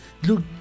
Look